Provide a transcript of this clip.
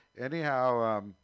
Anyhow